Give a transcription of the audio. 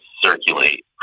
circulate